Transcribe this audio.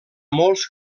molts